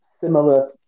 similar